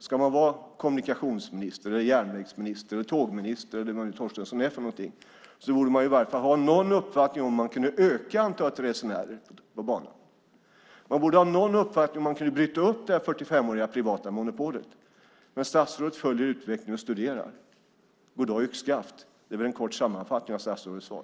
Ska man vara kommunikationsminister, järnvägsminister, tågminister eller vad nu Torstensson är, borde man i varje fall ha någon uppfattning om det går att öka antalet resenärer på banan. Man borde ha någon uppfattning om det går att bryta upp det 45-åriga privata monopolet. Men statsrådet följer utvecklingen och studerar. God dag yxskaft - det är en kort sammanfattning av statsrådets svar.